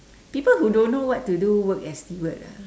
people who don't know what to do work as steward ah